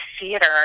Theater